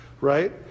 right